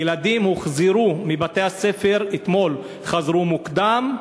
ילדים הוחזרו מבתי-הספר, אתמול חזרו מוקדם,